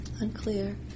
unclear